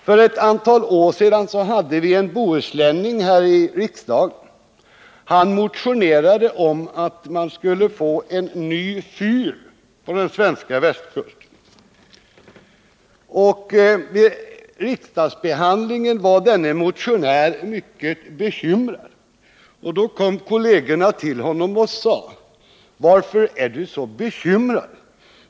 För ett antal år sedan hade vien bohuslänning här i riksdagen. Han motionerade om att vi skulle få en ny fyr på den svenska västkusten. Vid riksdagsbehandlingen var denne motionär mycket bekymrad, och då kom kollegerna till honom och sade: ”Varför är du så bekymrad?